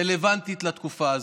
רלוונטית לתקופה הזו,